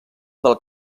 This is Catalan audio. del